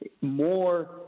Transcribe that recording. more